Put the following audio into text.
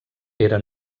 era